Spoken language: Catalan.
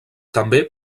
també